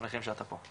שמחים שאתה פה.